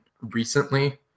recently